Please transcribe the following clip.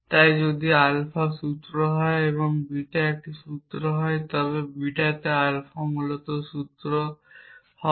তাই যদি আলফা সূত্র হয় এবং বিটা একটি সূত্র হয় তবে বিটাতে আলফা মূলত সূত্র হবে